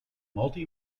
multi